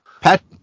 Pat